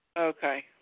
Okay